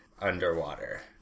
underwater